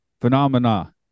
Phenomena